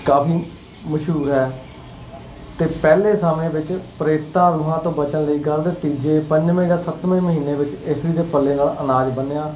ਕਾਫੀ ਮਸ਼ਹੂਰ ਹੈ ਅਤੇ ਪਹਿਲੇ ਸਮੇਂ ਵਿੱਚ ਪ੍ਰੇਤਾਂ ਰੂਹਾਂ ਤੋਂ ਬਚਣ ਲਈ ਗਰਭ ਦੇ ਤੀਜੇ ਪੰਜਵੇਂ ਜਾਂ ਸੱਤਵੇਂ ਮਹੀਨੇ ਵਿੱਚ ਇਸਤਰੀ ਦੇ ਪੱਲੇ ਨਾਲ ਅਨਾਜ ਬੰਨ੍ਹਿਆ